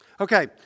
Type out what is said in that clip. Okay